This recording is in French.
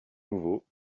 nouveau